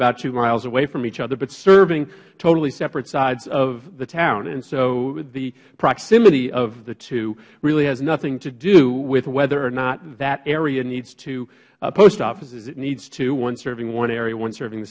about two miles away from each other but serving totally separate sides of the town so the proximity of the two really has nothing to do with whether or not that area needs two post offices it needs two one serving one area one serving the